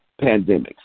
pandemics